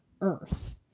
earth